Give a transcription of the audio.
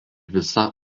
visa